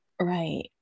right